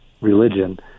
religion